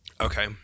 Okay